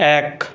এক